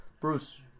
Bruce